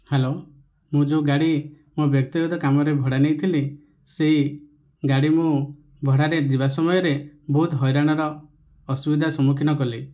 hello ମୁଁ ଯେଉଁ ଗାଡ଼ି ମୋ ବ୍ୟକ୍ତିଗତ କାମରେ ଭଡ଼ା ନେଇଥିଲି ସେଇ ଗାଡ଼ି ମୁଁ ଭଡ଼ାରେ ଯିବା ସମୟରେ ବହୁତ ହଇରାଣର ଅସୁବିଧା ସମ୍ମୁଖୀନ କଲି